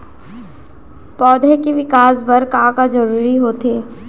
पौधे के विकास बर का का जरूरी होथे?